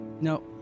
No